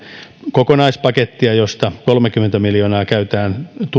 kokonaispakettia josta kolmekymmentä miljoonaa käytetään